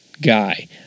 guy